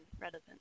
relevant